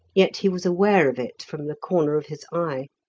yet he was aware of it from the corner of his eye.